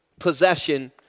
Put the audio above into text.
Possession